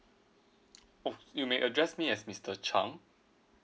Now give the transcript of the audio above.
oh you may address me as mister chang